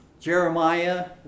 Jeremiah